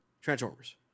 Transformers